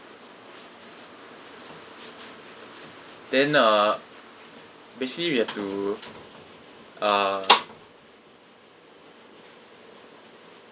then uh basically we have to uh